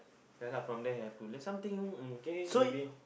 ya lah from there have to learn something um okay maybe